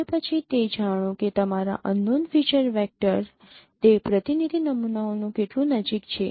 અને પછી તે જાણો કે તમારા અનનોન ફીચર વેક્ટર તે પ્રતિનિધિ નમૂનાઓથી કેટલું નજીક છે